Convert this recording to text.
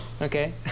Okay